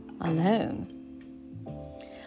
Alone